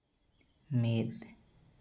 ᱢᱤᱫ